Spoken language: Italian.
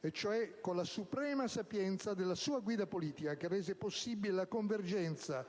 e cioè con la suprema sapienza della sua guida politica, che rese possibile la convergenza